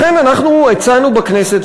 לכן אנחנו הצענו בכנסת,